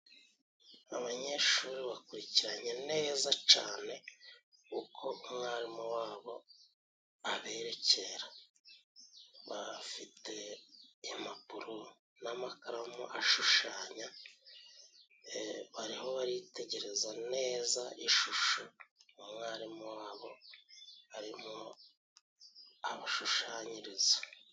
Abanyeshuri bakurikiranye neza cane uko umwarimu wabo aberekera ,bafite impapuro n'amakaramu ashushanya ,bariho baritegereza neza ishusho umwarimu wabo arimo abashushanyiriza.